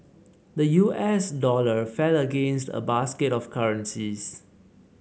the U S dollar fell against a basket of currencies